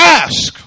ask